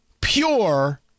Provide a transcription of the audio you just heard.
Pure